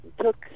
took